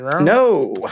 no